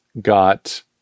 got